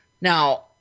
Now